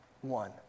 one